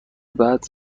بعد